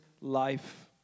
life